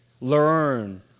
Learn